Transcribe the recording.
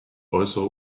äußere